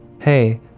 Hey